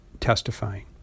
testifying